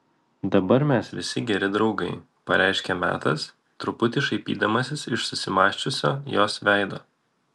dabar mes visi geri draugai pareiškė metas truputį šaipydamasis iš susimąsčiusio jos veido